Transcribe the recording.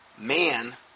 man